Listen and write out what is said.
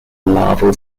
larval